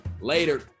Later